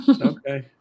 Okay